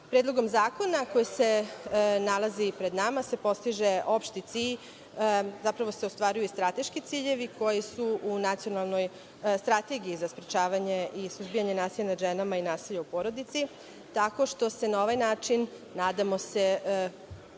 izrečene. Predlogom zakona koji se nalazi pred nama se postiže opšti cilj, zapravo se ostvaruju strateški ciljevi koji su u Nacionalnoj strategiji za sprečavanje i suzbijanje nasilja nad ženama i nasilja u porodici, tako što se na ovaj način, nadamo se,